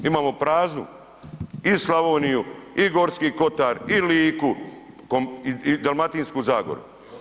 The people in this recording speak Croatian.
Imamo praznu i Slavoniju i Gorski Kotar i Liku i Dalmatinsku zagoru.